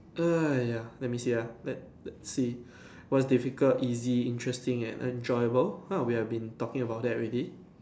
oh ya let me see ah let's see what's difficult easy interesting and enjoyable that's what we have been talking about already